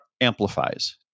amplifies